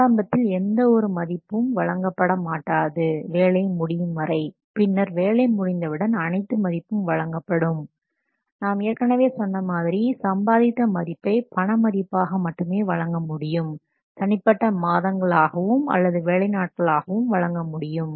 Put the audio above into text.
ஆரம்பத்தில் எந்த ஒரு மதிப்பு மதிப்பும் வழங்கப்பட மாட்டாது வேலை முடியும் வரை பின்னர் வேலை முடிந்தவுடன் அனைத்து மதிப்பும் வழங்கப்படும் நாம் ஏற்கனவே சொன்ன மாதிரி சம்பாதித்த மதிப்பை பண மதிப்பாக மட்டுமே வழங்க முடியும் தனிப்பட்ட மாதங்களாகவும் அல்லது வேலை நாட்களாக வழங்க முடியும்